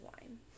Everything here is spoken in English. wine